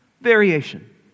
variation